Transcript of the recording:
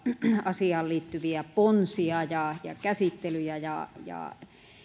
asiaan liittyviä ponsia ja ja käsittelyjä